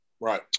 right